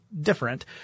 different